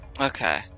Okay